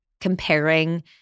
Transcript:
comparing